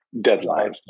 deadline